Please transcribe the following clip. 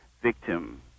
victim